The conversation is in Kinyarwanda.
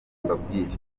mbabwire